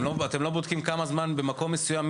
אתם לא בודקים כמה זמן במקום מסוים,